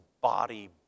body